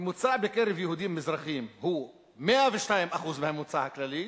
הממוצע בקרב יהודים מזרחיים הוא 102% הממוצע הכללי,